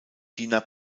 diener